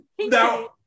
now